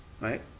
right